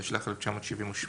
התשל"ח-1978.